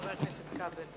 חבר הכנסת כבל.